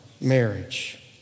marriage